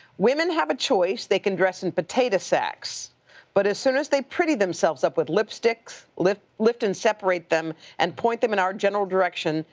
women have a choice, they can dress in potato sacks but as soon as they pretty themselves up with lipstick, lift lift and separate them and point them in our general direction,